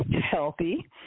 healthy